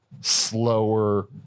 slower